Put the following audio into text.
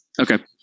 Okay